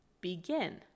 begin